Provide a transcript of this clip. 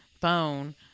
phone